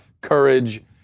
courage